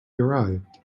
arrived